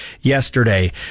yesterday